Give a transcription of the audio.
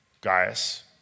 Gaius